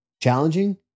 challenging